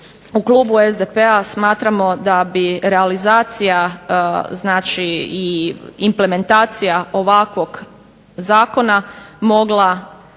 u klubu SDP-a smatramo da bi realizacija, znači i implementacija ovakvog zakona mogla